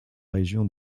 région